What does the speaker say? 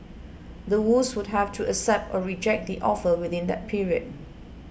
the Woos would have to accept or reject the offer within that period